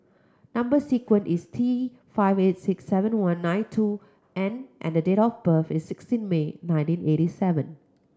number sequence is T five eight six seven one nine two N and date of birth is sixteen May nineteen eighty seven